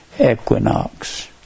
equinox